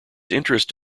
interest